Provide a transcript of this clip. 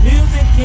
Music